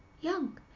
young